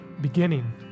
beginning